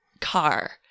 car